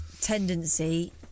tendency